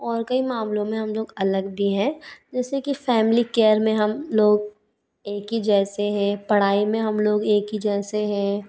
और कई मामलों में हम लोग अलग भी है जैसे कई फैमिली केयर में हम लोग एक ही जैसे हैं पढ़ाई मे हम लोग एक ही जैसे हैं